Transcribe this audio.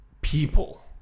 people